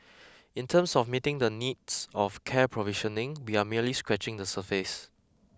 in terms of meeting the needs of care provisioning we are merely scratching the surface